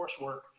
coursework